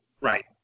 Right